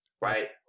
right